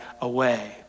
away